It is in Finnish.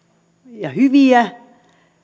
ja hyviä